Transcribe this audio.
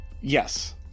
Yes